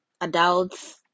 adults